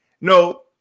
No